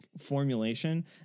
formulation